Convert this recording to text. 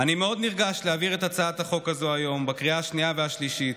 אני נרגש מאוד להעביר את הצעת החוק הזאת היום בקריאה השנייה והשלישית.